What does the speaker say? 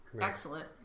excellent